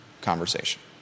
conversation